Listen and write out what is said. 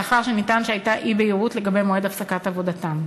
לאחר שנטען שהייתה אי-בהירות לגבי מועד הפסקת עבודתם.